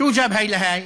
מה הקשר?) זכויות יוצרים,